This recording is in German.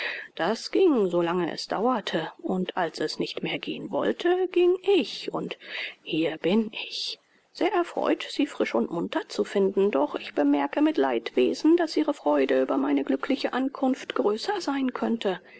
das ging so lange es dauerte und als es nicht mehr gehen wollte ging ich und hier bin ich sehr erfreut sie frisch und munter zu finden doch ich bemerke mit leidwesen daß ihre freude über meine glückliche ankunft größer sein könnte